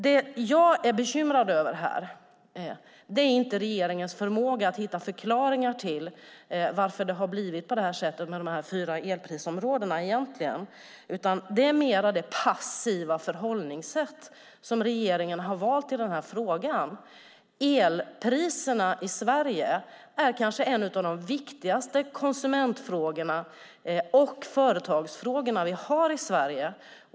Det jag är bekymrad över är inte regeringens förmåga att hitta förklaringar till varför det har blivit på det här sättet med de fyra elprisområdena, utan det passiva förhållningssätt som regeringen har valt i den här frågan. Elpriserna är kanske en av de viktigaste konsument och företagsfrågor som vi har i Sverige.